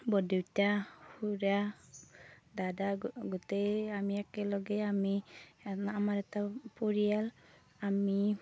বৰদেউতা খুৰা দাদা গোটেই আমি একেলগে আমি আমাৰ এটা পৰিয়াল আমি